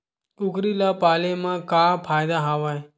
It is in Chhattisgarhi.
कुकरी ल पाले म का फ़ायदा हवय?